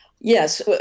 Yes